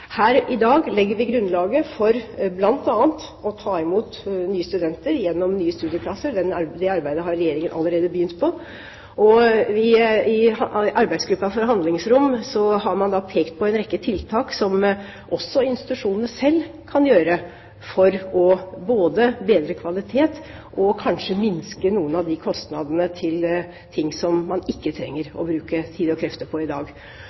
Her i dag legger vi grunnlaget for bl.a. å ta imot nye studenter gjennom nye studieplasser. Det arbeidet har Regjeringen allerede begynt på. I arbeidsgruppa for handlingsrom har man pekt på en rekke tiltak som også institusjonene selv kan gjøre for både å bedre kvaliteten og kanskje minske noen av kostnadene på ting som man ikke trenger å bruke tid og krefter på i dag.